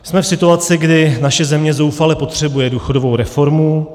Jsme v situaci, kdy naše země zoufale potřebuje důchodovou reformu.